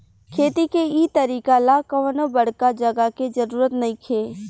खेती के इ तरीका ला कवनो बड़का जगह के जरुरत नइखे